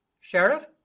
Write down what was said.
sheriff